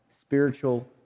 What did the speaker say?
spiritual